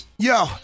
Yo